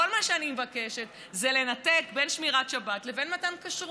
כל מה שאני מבקשת זה לנתק בין שמירת שבת לבין מתן כשרות.